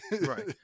Right